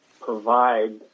provide